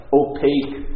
opaque